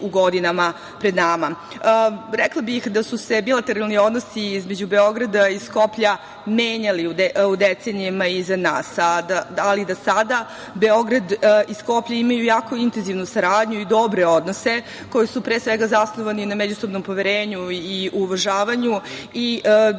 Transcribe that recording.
u godinama pred nama. Rekla bih da su se bilateralni odnosi između Beograda i Skoplja menjali u decenijama iza nas, ali da sada Beograd i Skoplje imaju jako intenzivnu saradnju i dobre odnose, koji su, pre svega, zasnovani i na međusobnom poverenju i u uvažavanju i da je